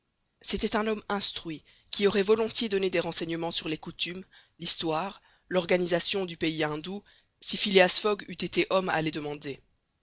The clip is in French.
c'était un homme instruit qui aurait volontiers donné des renseignements sur les coutumes l'histoire l'organisation du pays indou si phileas fogg eût été homme à les demander